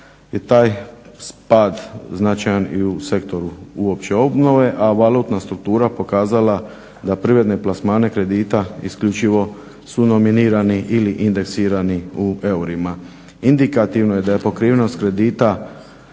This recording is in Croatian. je taj pad značajan i u sektoru uopće obnove, a valutna struktura pokazala da privredne plasmane kredita isključivo su nominirani ili indeksirani u eurima. Indikativno je da je pokrivenost kredita